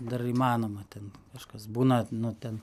dar įmanoma ten kažkas būna nu ten